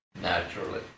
naturally